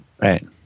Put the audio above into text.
Right